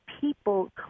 people